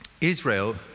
Israel